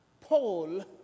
Paul